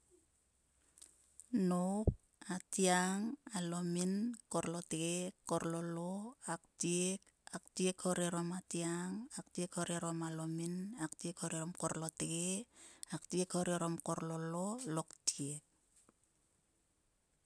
Nop, atgiang. Alomin kor lottge, korlolo. Aktiek hore orom atging, aktiek hore orom alomin aktiek hoe orom kor lotge. Aktiek hore korlolo, loktiek.